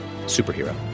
superhero